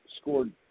scored